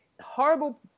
horrible